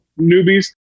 newbies